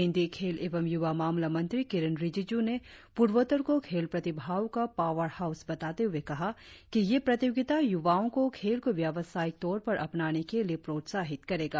केंद्रीय खेल एवं युवा मामला मंत्री किरेन रिजिजू ने पूर्वोत्तर को खेल प्रतिभाओं का पावरहाउस बताते हुए कहा कि यह प्रतियोगिता युवाओं को खेल को व्यवसायिक तौर पर अपनाने के लिए प्रोत्साहित करेगा